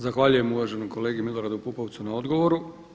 Zahvaljujem uvaženom kolegi Miloradu Pupovcu na odgovoru.